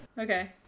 Okay